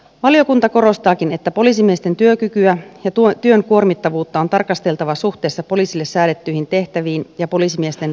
valiokunta korostaakin että poliisimiesten työkykyä ja työn kuormittavuutta on tarkasteltava suhteessa poliisille säädettyihin tehtäviin ja poliisimiesten toimintavelvollisuuksiin